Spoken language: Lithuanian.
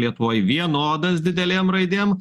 lietuvoj vienodas didelėm raidėm